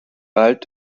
bald